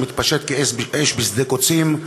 שמתפשט כאש בשדה קוצים,